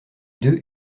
deux